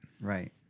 Right